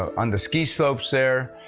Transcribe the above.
ah on the ski slopes there.